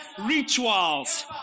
rituals